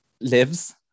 lives